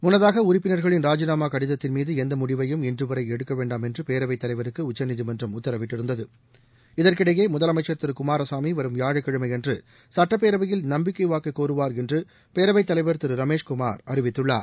முன்னதாக உறுப்பினர்களின் ராஜினாமா கடிதத்தின்மீது எந்த முடிவையும் இன்றுவரை எடுக்கவேண்டாம் என்று பேரவைத் தலைவருக்கு உச்சநீதிமன்றம் உத்தரவிட்டிருந்தது இதற்கிடையே முதலமைச்சர் திரு குமாரசாமி வரும் வியாழக்கிழனம அன்று சுட்டப்பேரவையில் நம்பிக்கை வாக்கு கோருவார் என்று பேரவைத்தலைவர் திரு ரமேஷ்குமார் அறிவித்துள்ளார்